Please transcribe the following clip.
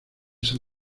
san